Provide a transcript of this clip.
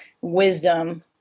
wisdom